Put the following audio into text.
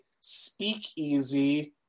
speakeasy